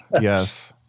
yes